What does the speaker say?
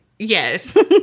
Yes